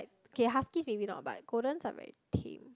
okay huskies maybe not but goldens are very tame